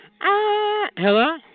Hello